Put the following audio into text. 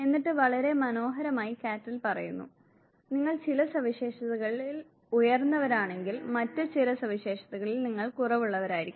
എന്നിട്ട് വളരെ മനോഹരമായി കാറ്റൽ പറയുന്നു നിങ്ങൾ ചില സവിശേഷതകളിൽ ഉയർന്നവരാണെങ്കിൽ മറ്റ് ചില സവിശേഷതകളിൽ നിങ്ങൾ കുറവുള്ളവരായിരിക്കും